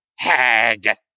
Hag